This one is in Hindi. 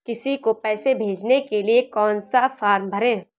किसी को पैसे भेजने के लिए कौन सा फॉर्म भरें?